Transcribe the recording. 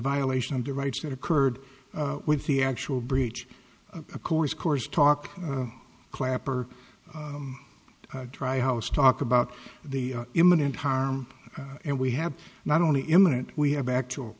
violation of the rights that occurred with the actual breach of course course talk clap or try house talk about the imminent harm and we have not only imminent we have actual